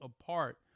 apart